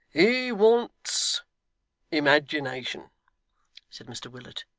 he wants imagination said mr willet,